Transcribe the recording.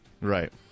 Right